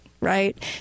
right